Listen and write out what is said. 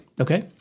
Okay